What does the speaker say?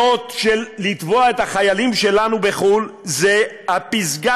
לתבוע את החיילים שלנו בחו"ל זו הפסגה